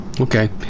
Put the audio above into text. Okay